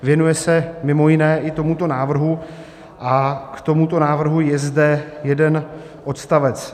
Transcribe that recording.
Věnuje se mimo jiné i tomuto návrhu a k tomuto návrhu je zde jeden odstavec.